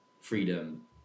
freedom